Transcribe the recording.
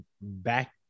back